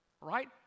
Right